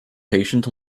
patient